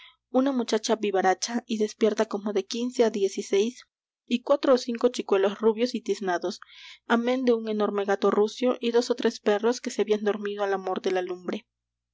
una muchacha vivaracha y despierta como de quince á dieciséis y cuatro ó cinco chicuelos rubios y tiznados amén de un enorme gato rucio y dos ó tres perros que se habían dormido al amor de la lumbre